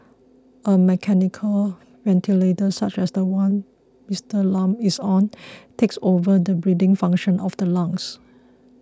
a mechanical ventilator such as the one Mister Lam is on takes over the breeding function of the lungs